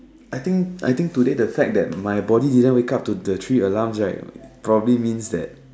I think I think today the fact that my body didn't wake up to the three alarms right probably means that